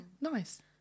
nice